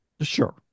Sure